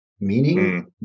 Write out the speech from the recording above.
meaning